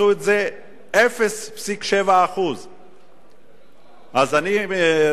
זה 0.7%. אז אני רוצה,